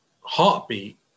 heartbeat